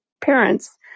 parents